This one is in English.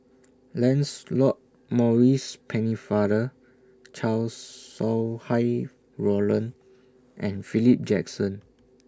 Lancelot Maurice Pennefather Chow Sau Hai Roland and Philip Jackson